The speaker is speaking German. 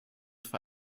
für